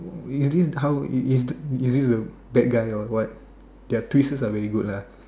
is this how you is is this the bad guy or what their twists are very good lah